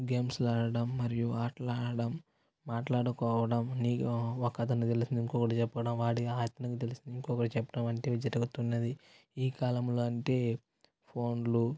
games లాడడం మరియు ఆటలుడడం మాట్లాడుకోవడం నీకు ఒకతనికి తెలిసినది ఇంకొకడికి చెప్పడం వాడి ఇంకొకడికి చెప్పడం వంటివి జరుగుతున్నది ఈ కాలంలో అంటే ఫోన్లు